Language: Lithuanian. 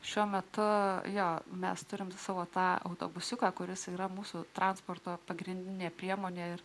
šiuo metu jo mes turime savo tą autobusiuką kuris yra mūsų transporto pagrindinė priemonė ir